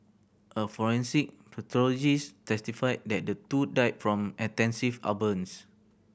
a forensic pathologist testified that the two died from extensive are burns